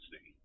see